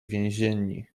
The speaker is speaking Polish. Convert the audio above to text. więzienni